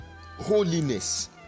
holiness